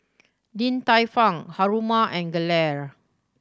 Din Tai Fung Haruma and Gelare